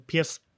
PS